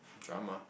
drama